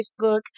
Facebook